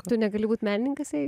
tu negali būt menininkas jei